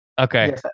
Okay